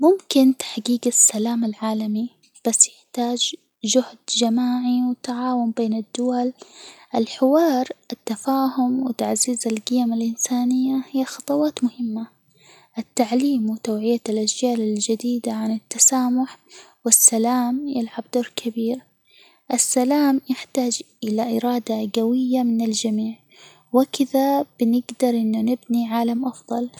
ممكن تحجيج السلام العالمي، بس يحتاج جهد جماعي، وتعاون بين الدول، الحوار، والتفاهم، وتعزيز الجيم الإنسانية هي خطوات مهمة، والتعليم وتوعية الأجيال الجديدة عن التسامح والسلام يلعب دور كبير، السلام يحتاج إلى إرادة جوية من الجميع، وكذا بنجدر إنه نبني عالم أفضل.